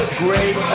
great